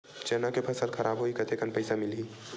चना के फसल खराब होही कतेकन पईसा मिलही?